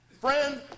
Friend